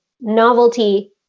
novelty